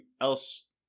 else